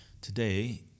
Today